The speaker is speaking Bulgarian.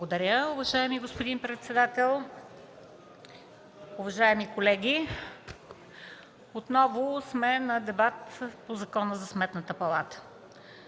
Благодаря, уважаеми господин председател. Уважаеми колеги, отново сме на дебат по Закона за Сметната палата.